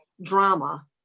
drama